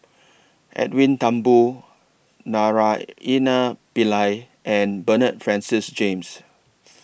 Edwin Thumboo Naraina Pillai and Bernard Francis James